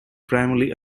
primarily